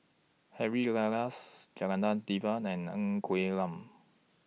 Harry Elias Janadas Devan and Ng Quee Lam